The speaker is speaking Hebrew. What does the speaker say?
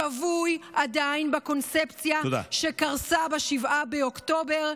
שבוי עדיין בקונספציה שקרסה ב-7 באוקטובר.